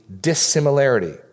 dissimilarity